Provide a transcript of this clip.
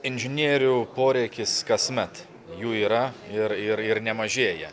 inžinierių poreikis kasmet jų yra ir ir ir nemažėja